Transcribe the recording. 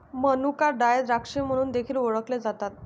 मनुका ड्राय द्राक्षे म्हणून देखील ओळखले जातात